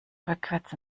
rückwärts